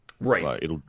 Right